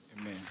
amen